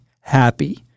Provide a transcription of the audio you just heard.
happy